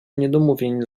niedomówień